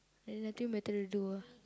they nothing better to do ah